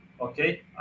okay